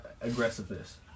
aggressiveness